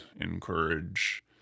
encourage